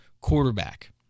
quarterback